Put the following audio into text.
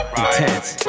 intense